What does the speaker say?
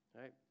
right